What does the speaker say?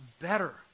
better